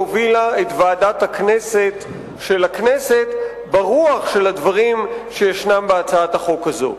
הובילה את ועדת הכנסת של הכנסת ברוח הדברים שישנם בהצעת החוק הזאת.